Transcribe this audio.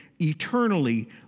eternally